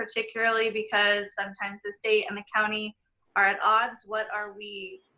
particularly because sometimes the state and the county are at odds. what are we,